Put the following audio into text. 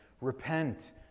repent